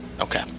Okay